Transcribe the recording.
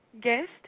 guest